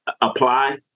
apply